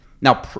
Now